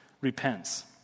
repents